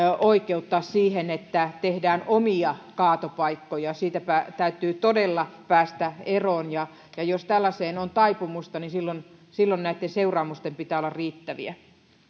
oikeuttaa sitä että tehdään omia kaatopaikkoja siitä täytyy todella päästä eroon ja ja jos tällaiseen on taipumusta niin silloin silloin näitten seuraamusten pitää olla riittäviä